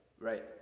Right